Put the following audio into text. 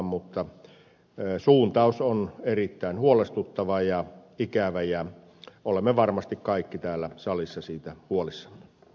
mutta suuntaus on erittäin huolestuttava ja ikävä ja olemme varmasti kaikki täällä salissa siitä kuolis